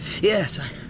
Yes